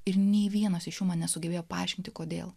ir nei vienas iš jų man nesugebėjo paaiškinti kodėl